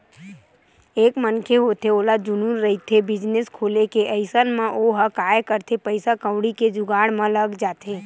एक मनखे होथे ओला जनुन रहिथे बिजनेस खोले के अइसन म ओहा काय करथे पइसा कउड़ी के जुगाड़ म लग जाथे